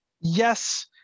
yes